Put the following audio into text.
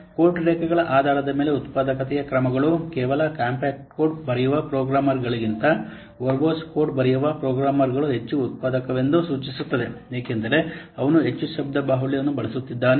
code ರೇಖೆಗಳ ಆಧಾರದ ಮೇಲೆ ಉತ್ಪಾದಕತೆಯ ಕ್ರಮಗಳು ಕೇವಲ ಕಾಂಪ್ಯಾಕ್ಟ್ ಕೋಡ್ ಬರೆಯುವ ಪ್ರೋಗ್ರಾಮರ್ಗಳಿಗಿಂತ ವರ್ಬೊಸ್ ಕೋಡ್ ಬರೆಯುವ ಪ್ರೋಗ್ರಾಮರ್ಗಳು ಹೆಚ್ಚು ಉತ್ಪಾದಕವೆಂದು ಸೂಚಿಸುತ್ತದೆ ಏಕೆಂದರೆ ಅವನು ಹೆಚ್ಚು ಶಬ್ದ ಬಾಹುಳ್ಯ ಅನ್ನು ಬಳಸುತ್ತಿದ್ದಾನೆ